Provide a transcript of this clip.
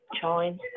Join